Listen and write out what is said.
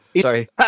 Sorry